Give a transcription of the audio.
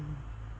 mm